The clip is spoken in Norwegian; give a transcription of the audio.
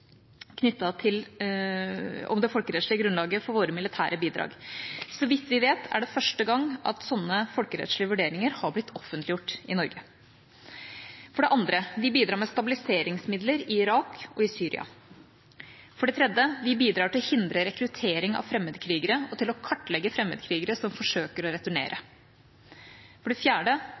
om det folkerettslige grunnlaget for våre militære bidrag. Så vidt vi vet, er det første gang at sånne folkerettslige vurderinger har blitt offentliggjort i Norge. For det andre: Vi bidrar med stabiliseringsmidler i Irak og i Syria. For det tredje: Vi bidrar til å hindre rekruttering av fremmedkrigere og til å kartlegge fremmedkrigere som forsøker å returnere. For det fjerde: